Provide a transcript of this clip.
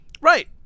Right